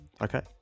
Okay